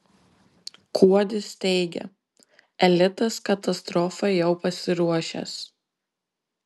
kuodis teigia elitas katastrofai jau pasiruošęs